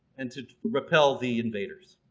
and to repel the invaders.